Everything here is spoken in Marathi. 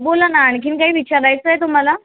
बोला ना आणखी काही विचारयचं आहे तुम्हाला